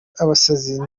abasazi